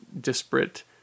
disparate